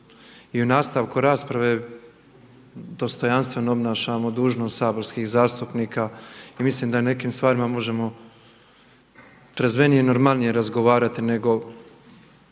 i u nastavku rasprave dostojanstveno obnašamo dužnost saborskih zastupnika i mislim da o nekim stvarima možemo trezvenije i normalnije razgovarati nego